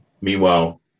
Meanwhile